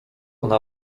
ona